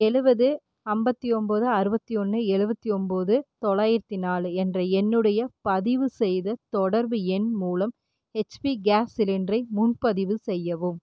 ஏழுபது ஐம்பத்து ஒன்பது அறுபத்தி ஒன்று எழுபத்தி ஓன்பது தொள்ளாயிரத்து நாலு என்ற என்னுடைய பதிவுசெய்த தொடர்பு எண் மூலம் ஹெச்பி கேஸ் சிலிண்டரை முன்பதிவு செய்யவும்